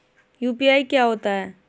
UPI क्या होता है?